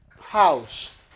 house